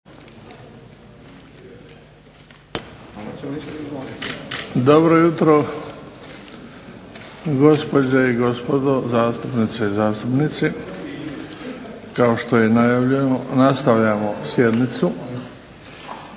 Dobro jutro gospođe i gospodo zastupnice i zastupnici. Kao što je najavljeno nastavljamo sjednicu